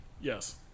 yes